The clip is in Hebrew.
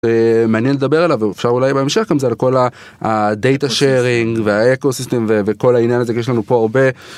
מעניין לדבר עליו.אפשר אולי בהמשך עם זה לכל הData sharing, והאקוסיסטים וכל העניין הזה יש לנו פה הרבה.